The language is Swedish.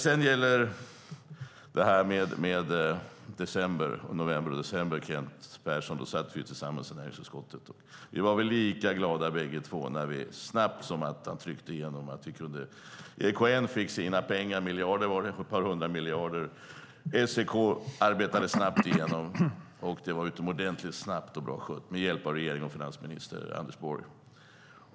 Vi satt tillsammans, Kent Persson och jag, i näringsutskottet, och vi var väl lika glada båda två när vi snabbt som attan fick igenom att EKN fick sina pengar, ett par hundra miljarder. SEK arbetade snabbt igenom det hela. Det var utomordentligt bra skött, med hjälp av regeringen och finansminister Anders Borg.